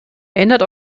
ändert